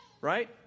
Right